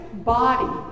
body